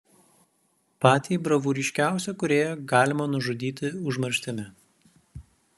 patį bravūriškiausią kūrėją galima nužudyti užmarštimi